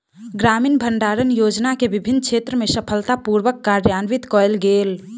ग्रामीण भण्डारण योजना के विभिन्न क्षेत्र में सफलता पूर्वक कार्यान्वित कयल गेल